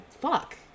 fuck